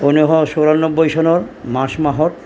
ঊনৈছশ চৌৰান্নবৈ চনৰ মাৰ্চ মাহত